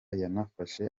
yanafashe